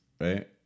right